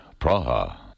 Praha